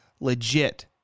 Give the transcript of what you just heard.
legit